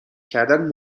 کردن